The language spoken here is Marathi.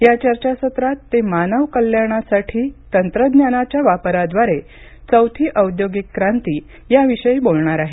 या चर्चासत्रात ते मानव कल्याणासाठी तंत्रज्ञानाच्या वापराद्वारे चौथी औद्योगिक क्रांती याविषयी बोलणार आहेत